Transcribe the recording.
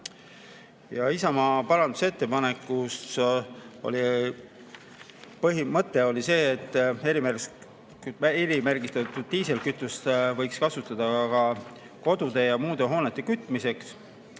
Isamaa parandusettepaneku mõte oli see, et erimärgistatud diislikütust võiks kasutada ka kodude ja muude hoonete kütmiseks.